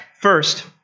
First